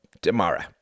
Tomorrow